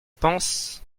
pense